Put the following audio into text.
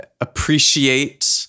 appreciate